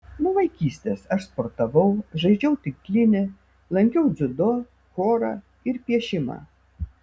nuo vaikystės aš sportavau žaidžiau tinklinį lankiau dziudo chorą ir piešimą